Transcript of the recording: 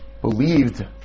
believed